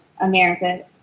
America